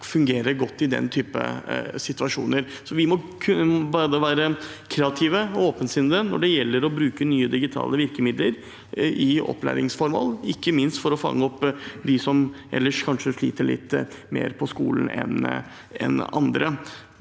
fungerer godt i de typer situasjoner. Vi må være kreative og åpensinnede når det gjelder å bruke nye digitale virkemidler til opplæringsformål, ikke minst for å fange opp dem som ellers kanskje sliter litt mer på skolen enn andre.